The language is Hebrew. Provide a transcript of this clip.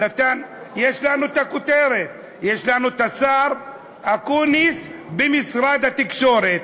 יש לנו כותרת, יש לנו השר אקוניס במשרד התקשורת.